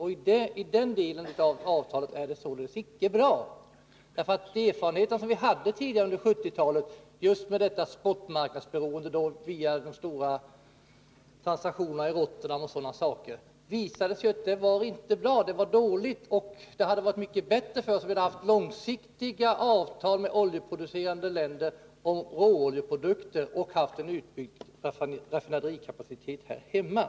Också de erfarenheter som vi gjorde under 1970-talet, genom spotmarknadsberoendet, de stora transaktionerna i Rotterdam osv., visade att avtalet inte var bra. Det var dåligt, och det hade varit mycket bättre för oss om vi hade haft långsiktiga avtal med oljeproducerande länder om leveranser av råoljeprodukter och en utbyggd raffineringskapacitet här hemma.